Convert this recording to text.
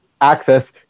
access